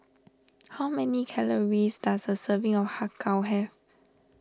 how many calories does a serving of Har Kow have